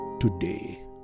today